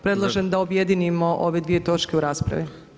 Predlažem da objedinimo ove dvije točke u raspravi.